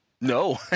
No